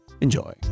Enjoy